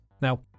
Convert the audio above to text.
Now